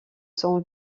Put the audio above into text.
sont